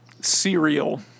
Cereal